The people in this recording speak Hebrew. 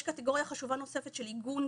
יש קטגוריה חשובה נוספת של עיגון